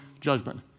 judgment